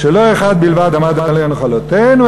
שלא אחד בלבד עמד עלינו לכלותנו,